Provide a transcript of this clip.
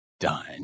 Done